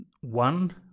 one